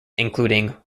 including